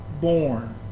born